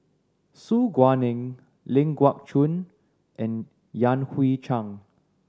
Su Guaning Ling Geok Choon and Yan Hui Chang